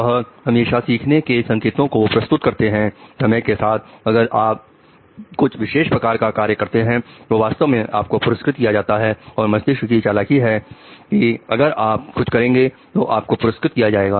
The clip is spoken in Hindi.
वह हमेशा सीखने के संकेतों को प्रस्तुत करते हैं समय के साथ आप अगर कुछ विशेष प्रकार का कार्य करते हैं तो वास्तव में आप को पुरस्कृत किया जाता है और मस्तिष्क की चालाकी है कि अगर आप कुछ करेंगे तो आपको पुरस्कृत किया जाएगा